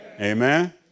Amen